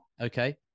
okay